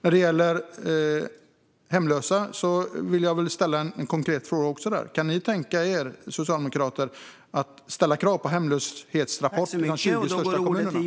Vad gäller hemlösa ska jag ställa en konkret fråga: Kan Socialdemokraterna tänka sig att ställa krav på hemlöshetsrapporter i de 20 största kommunerna?